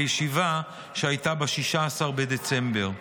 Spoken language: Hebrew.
בישיבה שהייתה ב-16 בדצמבר.